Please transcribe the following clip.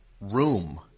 room